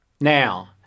Now